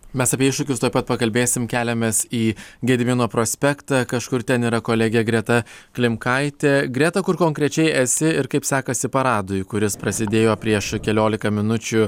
mes apie iššūkius tuoj pat pakalbėsim keliamės į gedimino prospektą kažkur ten yra kolegė greta klimkaitė greta kur konkrečiai esi ir kaip sekasi paradui kuris prasidėjo prieš keliolika minučių